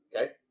Okay